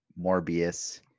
Morbius